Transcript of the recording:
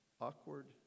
awkward